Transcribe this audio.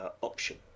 option